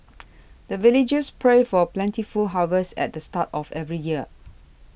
the villagers pray for plentiful harvest at the start of every year